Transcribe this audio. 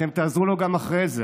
אתם תעזרו לו גם אחרי זה,